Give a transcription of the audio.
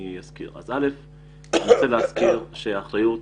אני רוצה להזכיר שהאחריות